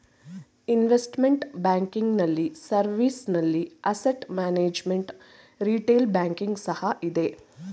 investment banking ನಲ್ಲಿ service ನಲ್ಲಿ asset management, retail banking ಸಹ ಇದೆ